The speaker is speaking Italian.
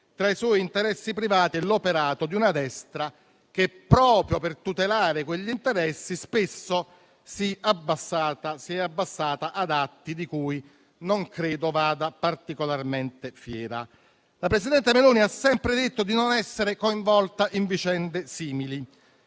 tra i suoi interessi privati e l'operato di una destra che, proprio per tutelare quegli interessi, spesso si è abbassata a compiere atti di cui non credo vada particolarmente fiera. La presidente Meloni ha sempre detto di non essere coinvolta in vicende simili,